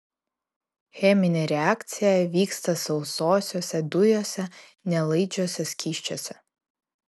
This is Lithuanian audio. cheminė reakcija vyksta sausosiose dujose nelaidžiuose skysčiuose